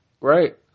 right